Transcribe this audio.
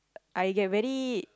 I get very